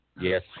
Yes